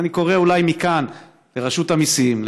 אז אני קורא מכאן לרשות המיסים,